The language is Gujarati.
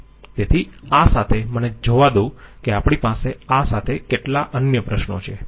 તેથી આ સાથે મને જોવા દો કે આપણી પાસે આ સાથે કેટલા અન્ય પ્રશ્નો છે બરાબર